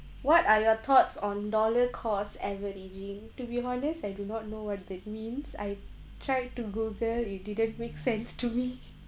what are your thoughts on dollar cost averaging to be honest I do not know what that means I tried to google it didn't make sense to me